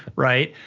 right?